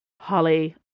Holly